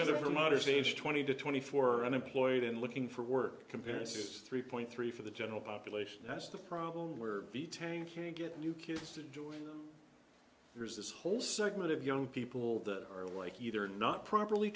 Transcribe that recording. age twenty to twenty four unemployed and looking for work comparisons three point three for the general population that's the problem where the tanking get new kids to join there's this whole segment of young people that are like either not properly